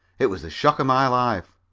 it was the shock of my life.